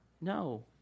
No